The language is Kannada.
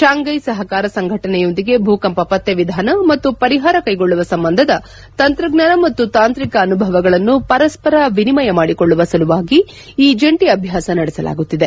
ಶಾಂಘೈ ಸಹಕಾರ ಸಂಘಟನೆಯೊಂದಿಗೆ ಭೂಕಂಪ ಪತ್ತೆ ವಿಧಾನ ಮತ್ತು ಪರಿಹಾರ ಕೈಗೊಳ್ಳುವ ಸಂಬಂಧದ ತಂತ್ರಜ್ಞಾನ ಮತ್ತು ತಾಂತ್ರಿಕ ಅನುಭವಗಳನ್ನು ಪರಸ್ಪರ ವಿನಿಮಯ ಮಾಡಿಕೊಳ್ಳುವ ಸಲುವಾಗಿ ಈ ಜಂಟ ಅಭ್ಣಾಸ ನಡೆಸಲಾಗುತ್ತಿದೆ